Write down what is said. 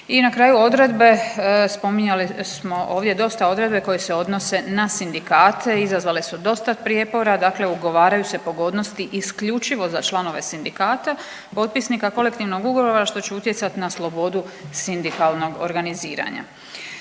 I na kraju odredbe, spominjali smo ovdje dosta odredbe koje se odnose na sindikate, izazvale su dosta prijepora, dakle ugovaraju se pogodnosti isključivo za članove sindikata potpisnika kolektivnog ugovora što će utjecati na slobodu sindikalnog organiziranja.